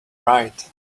right